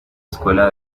escuela